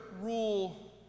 rule